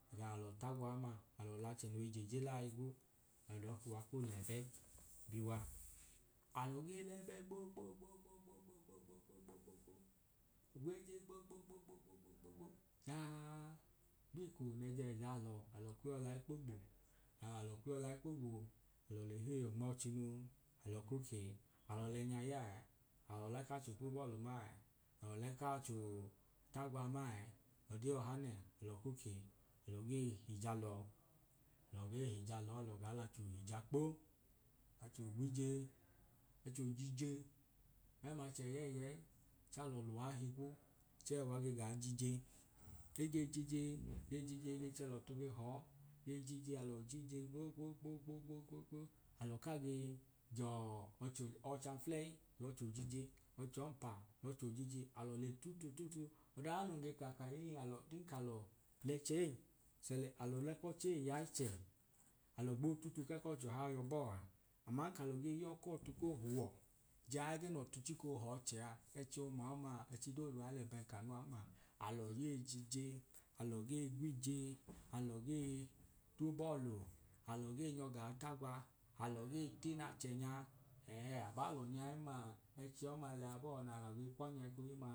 Ega nalọ tagwa ọma alọ l’achẹ noi jeje laa higwu alọ dọọ kuwa koo lẹbẹ biwa alọ ge lẹbẹ gbo gbo gbo gbo gbo gbo gbo gbo gbo gbo gbo gbo gweje gbo gbo gbo gbo gbo gbo gbo gbo gbo jaa gbiko n’eje i jalọ alọ kwi yọlai kpogbo alọ kwiyọlai kpo gboo alọ lehei onmọọchinu alọ ko kee alọ lẹnya yaẹẹ alọ lẹkacho tubọlu maẹẹ alọ lẹkacho tagwa maẹẹ ọdi ọhanẹ alọ ko kee alọ gee hija lọọ alọ gee hija lọọ alọ gaa l’acho hija kpo acho gwije acho jije mẹml’achẹ ẹyẹyẹi chẹ alọ luwa higwu chẹẹ uwa ge gaa jije ege jije ge jije ge chẹlọtu ge họọ ge jije alọ jije gbo gbo gbo gbo gbo gbo gbo gbo alọ kaa ge jọọ ọcho ọcha fulei ml’ọcho jije ọchọmpa ml’ọchojije alọ le tutu tutu, ọda ya nun ge ka kahinin alọ ọdin kalọ ẹchei chẹẹ alọ leko chei ya ichẹ alọ gboo tutu ke k’ọchọhaa yebọọa aman kalọ ge yọọ kọtu ko huọ jaa ẹgẹ nọtu chiko họọchẹ aa ẹchiọma ọma ẹchi dodu a lẹbẹ kanu an maa alọ yei jije alọ gei gwije alọ gee tubọọlu alọ gee nyọ gaa tagwa alọ gee tin’achẹnya ee aba l’ọnya ẹmma ẹchi ọma lẹya bọọ nalọ ge kpọnya ekohimmaa